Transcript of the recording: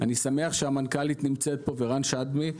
אני שמח שהמנכ"לית ורן שדמי נמצאים כאן.